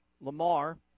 Lamar